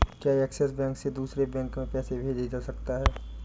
क्या Axis bank से दूसरे बैंक में पैसे भेजे जा सकता हैं?